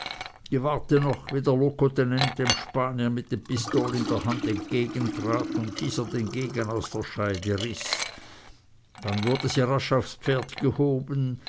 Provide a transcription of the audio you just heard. gewahrte noch wie der locotenent dem spanier mit dem pistol in der hand entgegentrat und dieser den degen aus der scheide riß dann wurde sie rasch aufs pferd gehoben